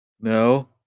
no